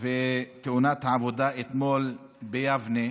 ותאונת העבודה אתמול ביבנה,